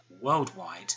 worldwide